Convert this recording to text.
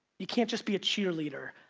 you can't just be a cheerleader,